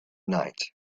night